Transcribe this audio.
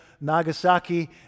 Nagasaki